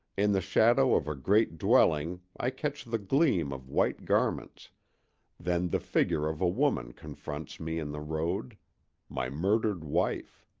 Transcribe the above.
in the shadow of a great dwelling i catch the gleam of white garments then the figure of a woman confronts me in the road my murdered wife!